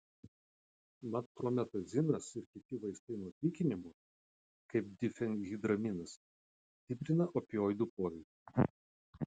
mat prometazinas ir kiti vaistai nuo pykinimo kaip difenhidraminas stiprina opioidų poveikį